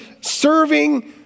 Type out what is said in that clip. serving